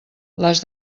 les